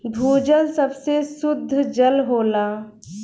भूजल सबसे सुद्ध जल होला